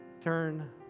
turn